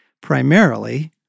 primarily